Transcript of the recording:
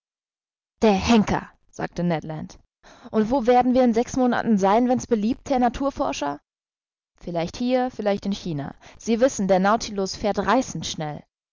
der henker sagte ned land und wo werden wir in sechs monaten sein wenn's beliebt herr naturforscher vielleicht hier vielleicht in china sie wissen der nautilus fährt reißend schnell